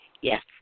Yes